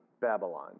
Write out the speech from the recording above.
Babylon